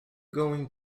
going